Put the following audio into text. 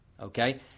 okay